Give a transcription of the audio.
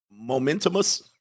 momentumous